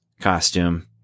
costume